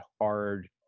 hard